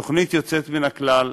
זו תוכנית יוצאת מן הכלל,